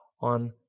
on